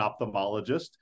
ophthalmologist